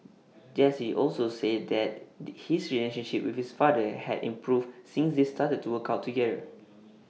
Jesse also said that his relationship with his father had improved since they started to work out together